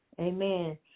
Amen